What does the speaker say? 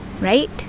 right